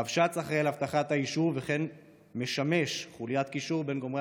הרבש"צ אחראי לאבטחת היישוב וכן משמש חוליית קישור בין גורמי